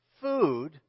food